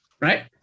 right